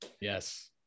Yes